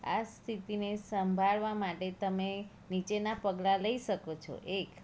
આ સ્થિતિને સંભાળવા માટે તમે નીચેના પગલાં લઈ શકો છો એક